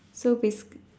so basic